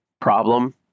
problem